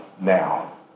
now